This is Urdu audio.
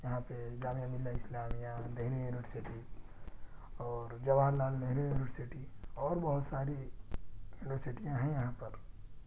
یہاں پہ جامعہ ملیہ اسلامیہ دہلی یونیورسٹی اور جواہر لال نہرو یونیورسٹی اور بہت ساری یونیورسٹیاں ہیں یہاں پر